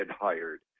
hired